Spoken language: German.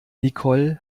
nicole